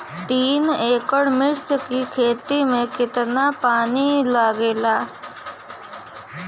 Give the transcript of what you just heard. तीन एकड़ मिर्च की खेती में कितना पानी लागेला?